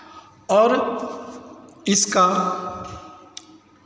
और इसका